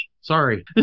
sorry